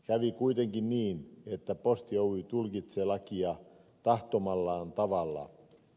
kävi kuitenkin niin että posti oy tulkitsee lakia tahtomallaan tavalla